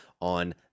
on